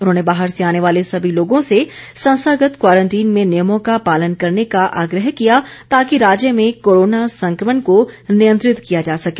उन्होंने बाहर से आने वाले सभी लोगों से संस्थागत क्वारंटीन में नियमों का पालन करने का आग्रह किया ताकि राज्य में कोरोना संकमण को नियंत्रित किया जा सके